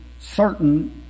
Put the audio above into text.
certain